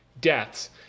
deaths